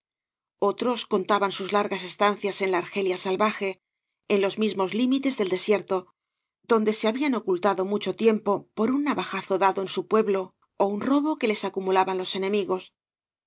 otros contaban sus largas estancias en la argelia salvaje en los mismos límites del desierto donde se habían ocultado mucho tiempo por un navajazo dado en su pueblo ó un robo que les acumulaban los enemigos